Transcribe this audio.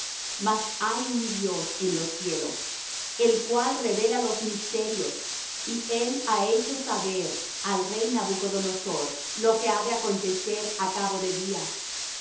mas hay un dios en los cielos el cual revela los misterios y él ha hecho saber al rey nabucodonosor lo que ha de acontecer á cabo de días